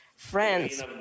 Friends